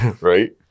Right